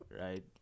right